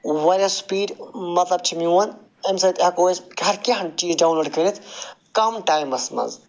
واریاہ سُپیٖڈ مَطلَب چھُ میٛون اَمہِ سۭتۍ ہیٚکو أسۍ ہر کیٚنٛہہ چیز ڈاوُن لوڈ کٔرِتھ کم ٹایمَس مَنٛز